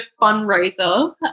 fundraiser